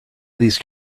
these